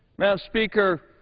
madam speaker,